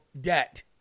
debt